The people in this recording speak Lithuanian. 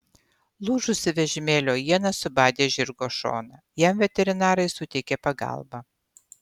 lūžusi vežimėlio iena subadė žirgo šoną jam veterinarai suteikė pagalbą